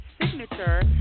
signature